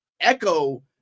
Echo